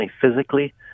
physically